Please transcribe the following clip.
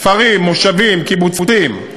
כפרים, מושבים, קיבוצים,